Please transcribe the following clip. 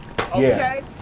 okay